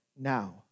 now